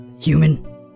Human